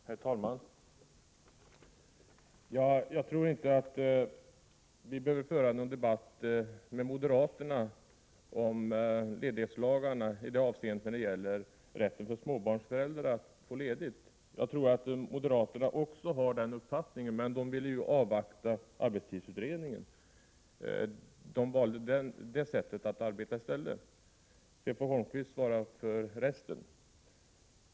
Herr talman! Jag tror inte att vi behöver föra någon debatt med moderaterna om ledighetslagarna med avseende på rätten för småbarnsföräldrar att få ledigt. Jag tror att moderaterna har samma uppfattning som vi men att de ville avvakta arbetstidsutredningen. De valde detta sätt att arbeta i stället. Sedan får Erik Holmkvist svara för resten.